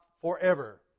forever